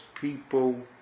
people